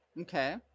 Okay